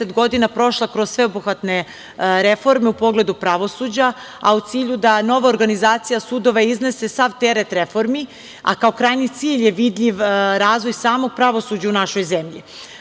godina prošla kroz sveobuhvatne reforme u pogledu pravosuđa, a u cilju da nova organizacija sudova iznese sav teret reformi. Kao krajnji cilj je vidljiv razvoj samog pravosuđa u našoj zemlji.